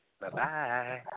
Bye-bye